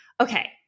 Okay